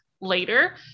later